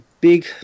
big